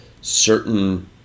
certain